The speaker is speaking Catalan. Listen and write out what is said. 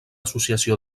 associació